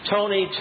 Tony